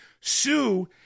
Sue